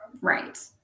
Right